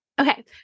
Okay